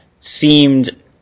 seemed